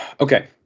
Okay